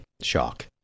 shock